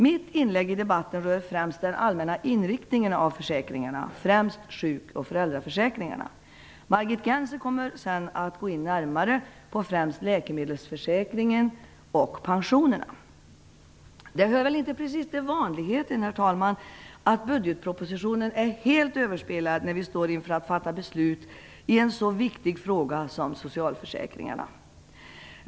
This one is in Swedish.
Mitt inlägg i debatten rör främst den allmänna inriktningen av försäkringarna, framför allt sjuk och föräldraförsäkringarna. Margit Gennser kommer senare att närmare gå in på främst läkemedelsförsäkringen och pensionerna. Det hör väl inte precis till vanligheterna att budgetpropositionen är helt överspelad när vi står inför att fatta beslut i en så viktig fråga som den om socialförsäkringarna.